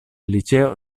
liceo